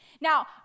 Now